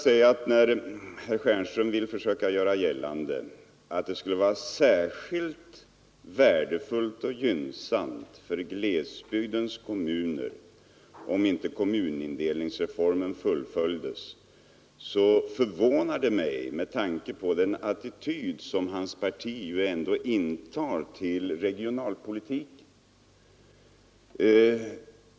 När herr Stjernström vill försöka göra gällande att det skulle vara särskilt värdefullt och gynnsamt för glesbygdens kommuner om inte kommunindelningsreformen fullföljdes, förvånar det mig med tanke på den attityd hans parti ändå intar till regionalpolitiken.